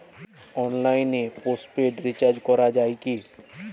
অনলাইনে postpaid recharge করা যায় কি?